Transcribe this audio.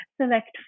select